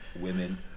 women